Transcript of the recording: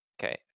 Okay